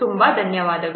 ತುಂಬ ಧನ್ಯವಾದಗಳು